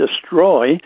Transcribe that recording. destroy